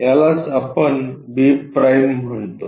यालाच आपण b' म्हणतो